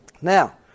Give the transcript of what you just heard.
now